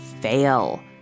fail